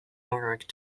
york